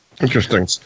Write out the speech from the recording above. Interesting